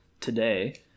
today